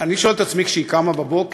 אני שואל את עצמי: כשהיא קמה בבוקר,